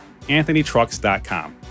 anthonytrucks.com